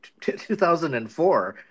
2004